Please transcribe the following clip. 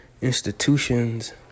institutions